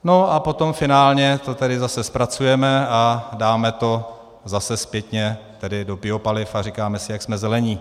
No a potom to finálně zase zpracujeme a dáme to zase zpětně do biopaliv a říkáme si, jak jsme zelení.